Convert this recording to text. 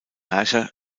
herrscher